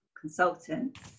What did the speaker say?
consultants